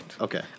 Okay